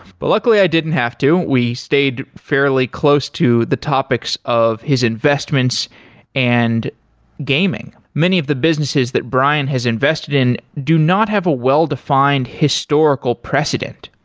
but luckily i didn't have to. we stayed fairly close to the topics of his investments and gaming. many of the businesses that brian has invested in do not have a well-defined historical precedent.